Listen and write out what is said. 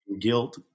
guilt